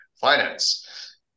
finance